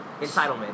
Entitlement